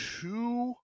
two